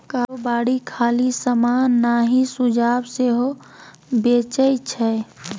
कारोबारी खाली समान नहि सुझाब सेहो बेचै छै